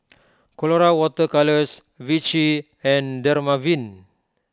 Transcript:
Colora Water Colours Vichy and Dermaveen